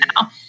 now